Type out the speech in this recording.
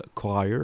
Choir